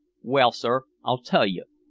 well, sir, i'll tell you,